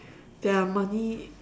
their money